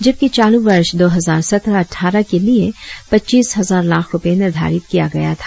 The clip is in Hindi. जबकी चालू वर्ष दो हजार सत्रह अठ्ठारह के लिए पच्चीस हजार लाख रुपए निर्धारित किया गया था